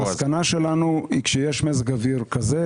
המסקנה שלנו היא שכאשר יש מזג אוויר כזה,